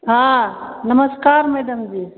हँ नमस्कार मैडम जी